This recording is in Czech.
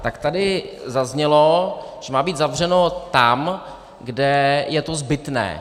Tak tady zaznělo, že má být zavřeno tam, kde je to zbytné.